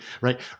right